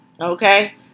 Okay